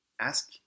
ask